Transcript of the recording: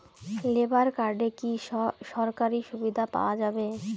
Labour কার্ডে কি কি সরকারি সুবিধা পাওয়া যাবে?